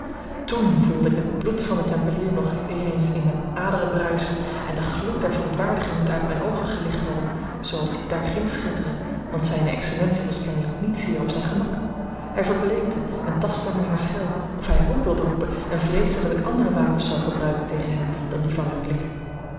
toen voelde ik het bloed van den tempelier nog weer eens in mijne aderen bruisen en de gloed der verontwaardiging moet uit mijne oogen gelicht hebben zooals die daar ginds schitteren want zijne excellentie was kennelijk niet zeer op zijn gemak hij verbleekte en tastte naar zijn schel of hij hulp wilde roepen en vreesde dat ik andere wapens zou gebruiken tegen hem dan die van mijn blik